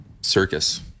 circus